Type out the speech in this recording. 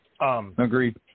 Agreed